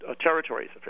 territories